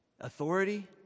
Authority